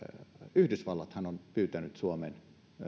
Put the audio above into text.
yhdysvallathan on pyytänyt suomen